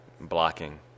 blocking